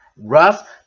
rough